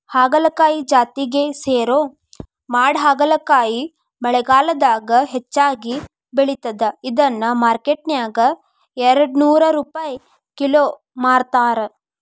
ಹಾಗಲಕಾಯಿ ಜಾತಿಗೆ ಸೇರೋ ಮಾಡಹಾಗಲಕಾಯಿ ಮಳೆಗಾಲದಾಗ ಹೆಚ್ಚಾಗಿ ಬೆಳಿತದ, ಇದನ್ನ ಮಾರ್ಕೆಟ್ನ್ಯಾಗ ಎರಡನೂರ್ ರುಪೈ ಕಿಲೋ ಮಾರ್ತಾರ